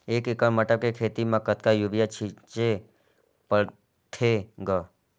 एक एकड़ मटर के खेती म कतका युरिया छीचे पढ़थे ग?